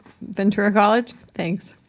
ventura college? thanks.